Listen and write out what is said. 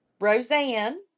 Roseanne